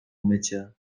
mycie